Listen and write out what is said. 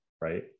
Right